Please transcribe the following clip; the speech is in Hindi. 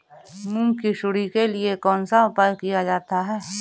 मूंग की सुंडी के लिए कौन सा उपाय किया जा सकता है?